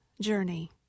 journey